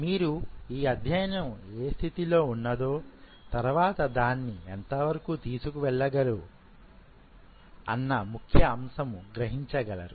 మీరు ఈ అధ్యయనం ఏ స్థితిలో ఉన్నదో తర్వాత దాన్ని ఎంతవరకు తీసుకు వెళ్ళగలరు అన్న ముఖ్య అంశము గ్రహించగలరు